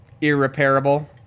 irreparable